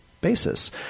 basis